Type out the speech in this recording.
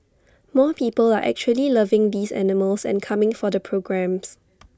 more people are actually loving these animals and coming for the programmes